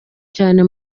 cyane